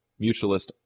mutualist